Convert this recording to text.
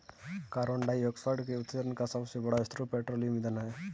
carbon dioxide के उत्सर्जन का सबसे बड़ा स्रोत पेट्रोलियम ईंधन है